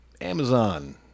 Amazon